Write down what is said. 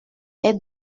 est